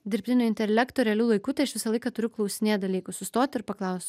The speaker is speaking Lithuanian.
dirbtinio intelekto realiu laiku tai aš visą laiką turiu klausinėt dalykų sustot ir paklaust